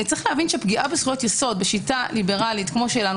פגיעה בזכויות יסוד בשיטה ליברלית כמו שלנו,